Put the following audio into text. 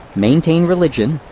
maintain religion,